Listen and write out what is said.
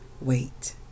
Wait